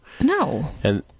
No